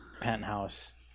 penthouse